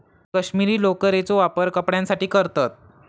कश्मीरी लोकरेचो वापर कपड्यांसाठी करतत